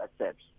accepts